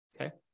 Okay